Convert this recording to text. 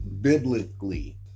biblically